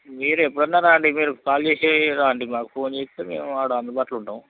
మీరు ఎప్పుడు అన్న రండి మీరు కాల్ చేసే రండి మాకు ఫోన్ చేస్తే మేము ఆడ అందుబాటులో ఉంటాం